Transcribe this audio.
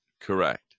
correct